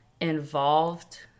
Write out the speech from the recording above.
involved